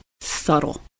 subtle